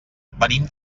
venim